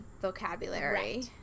...vocabulary